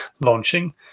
launching